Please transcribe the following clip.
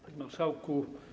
Panie Marszałku!